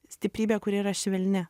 stiprybė kuri yra švelni